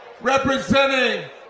Representing